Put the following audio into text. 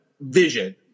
vision